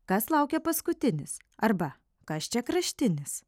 kas laukia paskutinis arba kas čia kraštinis